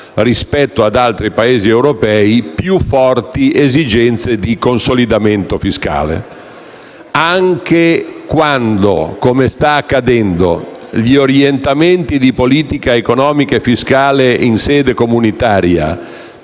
rispetto ad altri Paesi europei, più forti esigenze di consolidamento fiscale, anche quando, come sta accadendo, gli orientamenti di politica economica e fiscale in sede comunitaria